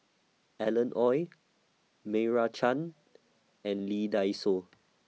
Alan Oei Meira Chand and Lee Dai Soh